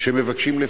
שמבקשים לפטרו?